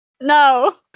No